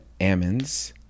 Ammons